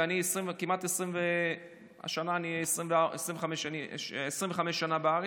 ואני השנה אהיה 25 שנה בארץ,